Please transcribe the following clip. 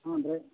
ಹ್ಞೂ ರೀ